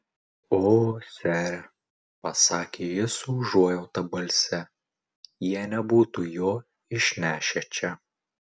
o sere pasakė ji su užuojauta balse jie nebūtų jo išnešę čia